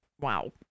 Wow